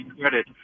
credit